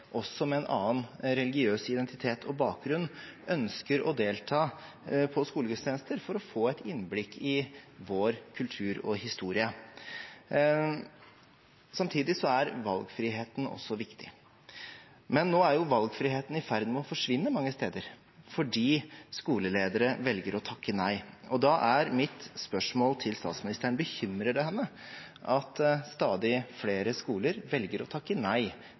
også de med en annen religiøs identitet og bakgrunn, ønsker å delta på skolegudstjenester for å få et innblikk i vår kultur og historie. Samtidig er valgfriheten viktig. Men nå er jo valgfriheten i ferd med å forsvinne mange steder fordi skoleledere velger å takke nei, og da er mitt spørsmål til statsministeren: Bekymrer det henne at stadig flere skoler velger å takke nei